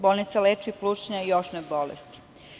Bolnica leči plućne i očne bolesti.